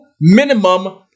minimum